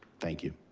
thank you.